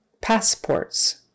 passports